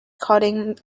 coding